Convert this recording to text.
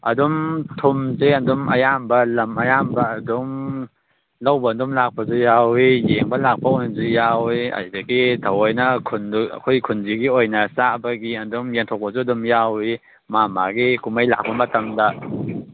ꯑꯗꯨꯝ ꯊꯨꯝꯁꯦ ꯑꯗꯨꯝ ꯑꯌꯥꯝꯕ ꯂꯝ ꯑꯌꯥꯝꯕ ꯑꯗꯨꯝ ꯂꯧꯕ ꯑꯗꯨꯝ ꯂꯥꯛꯄꯁꯨ ꯌꯥꯎꯋꯤ ꯌꯦꯡꯕ ꯂꯥꯛꯄ ꯑꯣꯏꯅꯁꯨ ꯌꯥꯎꯋꯤ ꯑꯗꯨꯗꯒꯤ ꯊꯑꯣꯏꯅ ꯈꯨꯟꯗꯨ ꯑꯩꯈꯣꯏ ꯈꯨꯟꯁꯤꯒꯤ ꯑꯣꯏꯅ ꯆꯥꯕꯒꯤ ꯑꯗꯨꯝ ꯌꯦꯟꯊꯣꯛꯄꯁꯨ ꯑꯗꯨꯝ ꯌꯥꯎꯋꯤ ꯃꯥ ꯃꯥꯒꯤ ꯀꯨꯝꯍꯩ ꯂꯥꯛꯞ ꯃꯇꯝꯗ